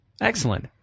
Excellent